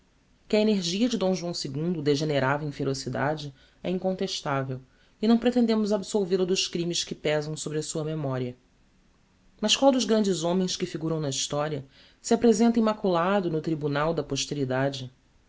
que a energia de d joão ii degenerava em ferocidade é incontestavel e não pretendemos absolvel o dos crimes que pesam sobre a sua memoria mas qual dos grandes homens que figuram na historia se apresenta immaculado no tribunal da posteridade